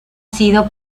sido